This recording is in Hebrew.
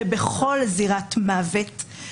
שבכל זירת מוות,